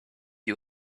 you